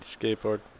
skateboard